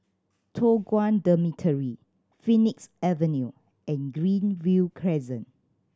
Toh Guan Dormitory Phoenix Avenue and Greenview Crescent